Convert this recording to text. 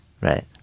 right